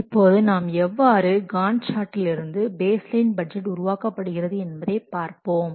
இப்போது நாம் எவ்வாறு காண்ட் சார்ட்டிலிருந்து பேஸ் லைன் பட்ஜெட் உருவாக்கப்படுகிறது என்பதை பார்ப்போம்